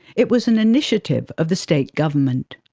it was an initiative of the state government.